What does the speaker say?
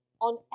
On